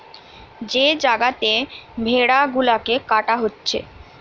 যে জাগাতে ভেড়া গুলাকে কাটা হচ্ছে